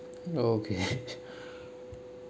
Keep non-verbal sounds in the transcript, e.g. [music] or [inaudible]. okay [laughs]